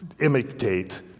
imitate